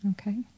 Okay